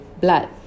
blood